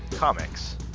Comics